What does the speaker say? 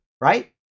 right